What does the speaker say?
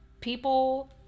People